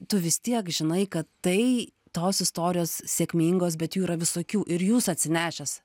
tu vis tiek žinai kad tai tos istorijos sėkmingos bet jų yra visokių ir jūs atsinešęs